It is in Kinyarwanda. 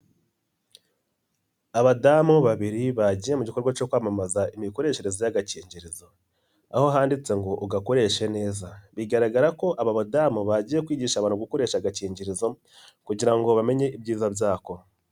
Abadamu babiri bagiye mu gikorwa cyo kwamamaza imikoreshereze y'agakingirizo, aho handitse ngo ugakoreshe neza, bigaragara ko aba badamu bagiye kwigisha abantu gukoresha agakingirizo, kugira ngo bamenye ibyiza nzakora.